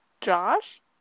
Josh